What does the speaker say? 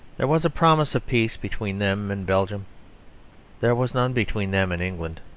there was a promise of peace between them and belgium there was none between them and england.